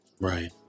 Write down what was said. Right